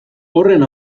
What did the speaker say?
horren